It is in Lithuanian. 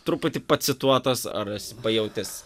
truputį pacituotas ar esi pajautęs